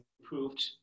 improved